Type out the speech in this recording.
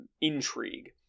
intrigue